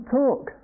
talk